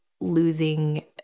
losing